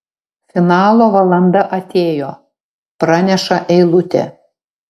finalo valanda atėjo praneša eilutė